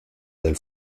del